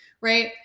right